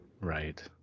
Right